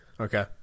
okay